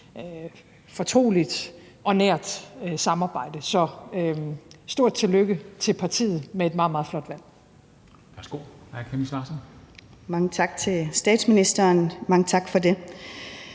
fortroligt og nært samarbejde. Så stort tillykke til partiet med et meget, meget flot valg.